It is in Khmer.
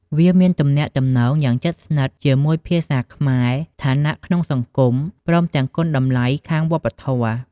វាមានទំនាក់ទំនងយ៉ាងជិតស្និទ្ធជាមួយភាសាខ្មែរ ឋានៈក្នុងសង្គមខ្មែរ ព្រមទាំងគុណតម្លៃខាងវប្បធម៌។